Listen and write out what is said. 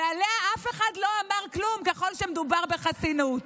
ועליה אף אחד לא אמר כלום ככל שמדובר בחסינות.